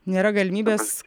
nėra galimybės